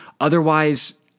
Otherwise